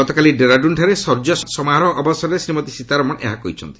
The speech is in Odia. ଗତକାଲି ଡେରାଡୁନ୍ଠାରେ ସୌର୍ଯ୍ୟ ସମ୍ମାନ ସମାରୋହ ଅବସରରେ ଶ୍ରୀମତୀ ସୀତାରମଣ ଏହା କହିଛନ୍ତି